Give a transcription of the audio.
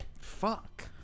Fuck